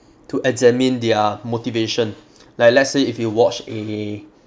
to examine their motivation like let's say if you watch a